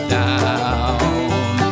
down